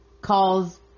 calls